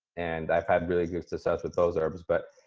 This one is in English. and i've had really good success with those herbs. but,